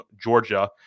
Georgia